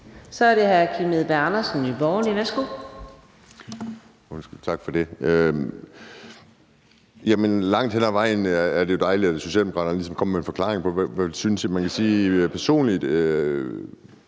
Kl. 19:59 Kim Edberg Andersen (NB): Tak for det. Langt hen ad vejen er det jo dejligt, at Socialdemokraterne ligesom kommer med en forklaring på, hvad man synes. Personligt